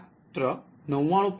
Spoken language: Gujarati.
માત્ર 99